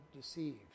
deceived